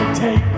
take